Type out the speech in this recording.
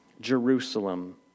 Jerusalem